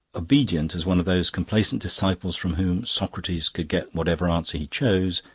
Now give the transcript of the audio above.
obedient as one of those complaisant disciples from whom socrates could get whatever answer he chose,